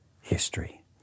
history